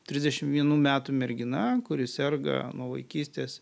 trisdešimt vienų metų mergina kuri serga nuo vaikystės